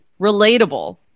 relatable